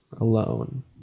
alone